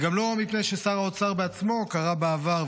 גם לא מפני ששר האוצר בעצמו קרא בעבר,